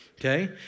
Okay